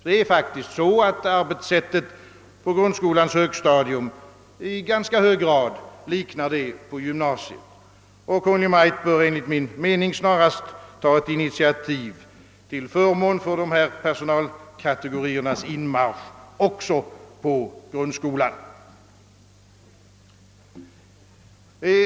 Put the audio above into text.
Det är faktiskt så, att arbetssättet på grundskolans högstadium i ganska hög grad liknar det på gymnasiet, och Kungl. Maj:t bör enligt min mening snarast ta ett initiativ till inmarsch av dessa personalkategorier också i grundskolan.